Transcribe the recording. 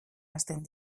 hasten